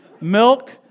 Milk